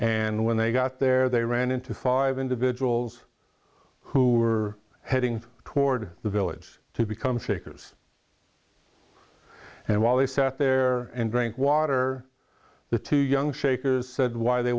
when they got there they ran into five individuals who were heading toward the village to become shakers and while they sat there and drank water the two young shakers said why they